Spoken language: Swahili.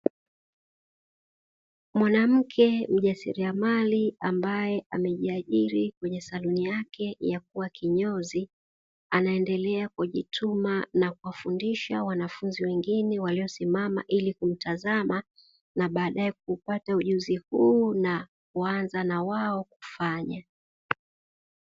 Mwanamke mjasiriamali ambaye amejiajiri kwenye saluni yake ya kuwa kinyozi, anaendelea kujituma na kuwafundisha wanafunzi wengine waliosimama ili kumtazama na baadaye kuupata ujuzi huo na kuanza na wao kufanya.